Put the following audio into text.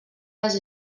les